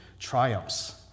triumphs